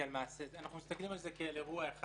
אנחנו מסתכלים על זה כאירוע אחד.